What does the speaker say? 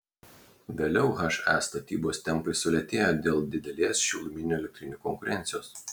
vėliau he statybos tempai sulėtėjo dėl didelės šiluminių elektrinių konkurencijos